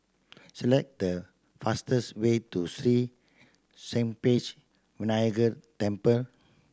select the fastest way to Sri Senpaga Vinayagar Temple